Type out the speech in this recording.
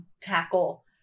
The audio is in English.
tackle